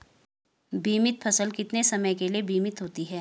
बीमित फसल कितने समय के लिए बीमित होती है?